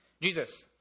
Jesus